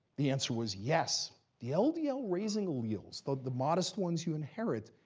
the answer was, yes, the ldl ldl raising alleles, the modest ones you inherit,